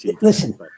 Listen